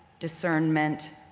discernment,